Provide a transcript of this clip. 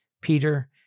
Peter